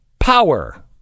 Power